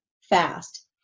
fast